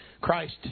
Christ